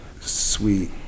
sweet